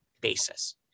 basis